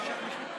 התקבלה.